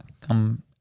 come